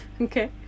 Okay